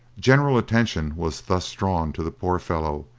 general attention was thus drawn to the poor fellow,